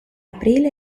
aprile